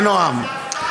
בנועם.